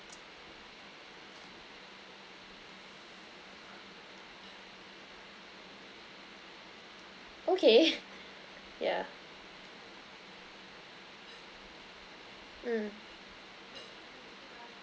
okay yeah mm